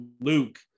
Luke